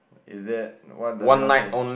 is that what does yours say